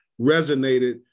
resonated